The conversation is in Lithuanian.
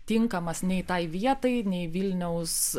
tinkamas nei tai vietai nei vilniaus